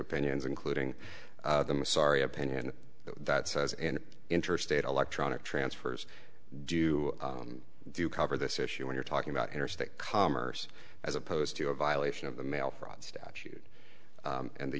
opinions including the sorry opinion that says in interstate electronic transfers do you cover this issue when you're talking about interstate commerce as opposed to a violation of the mail fraud statute and the